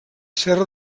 serra